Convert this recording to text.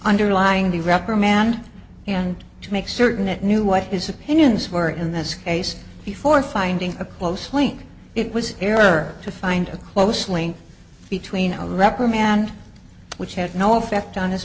underlying the reprimand and to make certain it knew what his opinions were in this case before finding a closely it was error to find a close link between a reprimand which had no effect on his